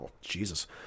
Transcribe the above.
Jesus